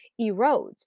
erodes